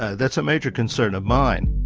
that's a major concern of mine.